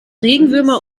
regenwürmer